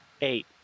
Eight